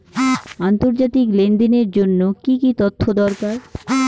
আন্তর্জাতিক লেনদেনের জন্য কি কি তথ্য দরকার?